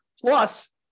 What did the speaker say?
Plus